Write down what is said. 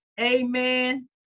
Amen